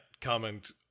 comment